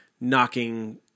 knocking